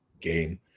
game